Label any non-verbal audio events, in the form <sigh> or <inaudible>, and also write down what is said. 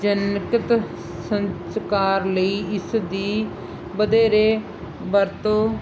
<unintelligible> ਲਈ ਇਸ ਦੀ ਵਧੇਰੇ ਵਰਤੋਂ